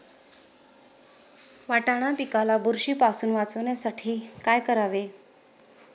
वाटाणा पिकाला बुरशीपासून वाचवण्यासाठी काय करावे?